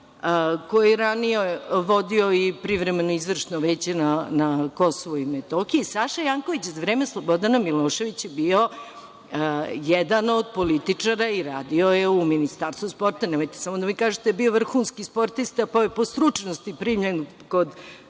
koji je ranije vodio i Privremeno izvršno veće na Kosovu i Metohiji. Saša Janković je za vreme Slobodana Miloševića bio jedan od političara i radio je u Ministarstvu sporta. Nemojte samo da mi kažete da je bio vrhunski sportista, pa je po stručnosti primljen kod